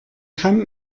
kann